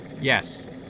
Yes